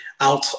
out